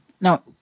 Now